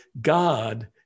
God